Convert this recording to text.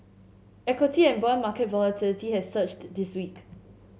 equity and bond market volatility has surged this week